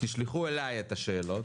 תשלחו אלי את השאלות.